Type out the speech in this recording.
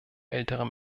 ältere